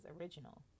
original